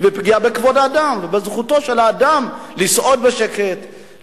ופגיעה בכבוד האדם ובזכותו של האדם לסעוד בשקט,